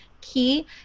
key